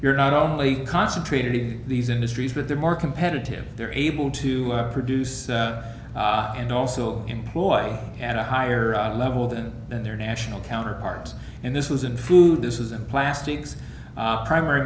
you're not only concentrated in these industries but they're more competitive they're able to produce and also employ at a higher level than their national counterparts and this was in food this isn't plastics primary